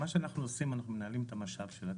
מה שאנחנו עושים אנחנו מנהלים את המשאב של הטבע,